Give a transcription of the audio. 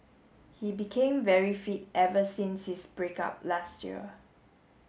he became very fit ever since his break up last year